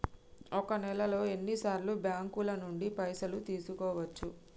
ఒక నెలలో ఎన్ని సార్లు బ్యాంకుల నుండి పైసలు తీసుకోవచ్చు?